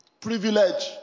Privilege